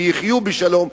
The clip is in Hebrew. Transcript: ויחיו בשלום,